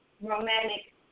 romantic